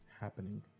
happening